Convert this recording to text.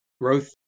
growth